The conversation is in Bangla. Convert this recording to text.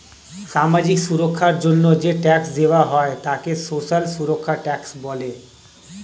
সামাজিক সুরক্ষার জন্য যে ট্যাক্স দেওয়া হয় তাকে সোশ্যাল সুরক্ষা ট্যাক্স বলে